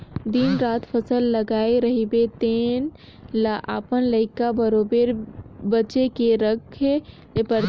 दिन रात फसल लगाए रहिबे तेन ल अपन लइका बरोबेर बचे के रखे ले परथे